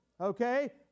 Okay